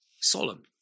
Solemn